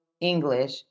English